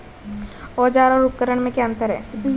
औज़ार और उपकरण में क्या अंतर है?